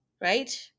right